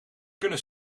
kunnen